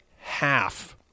half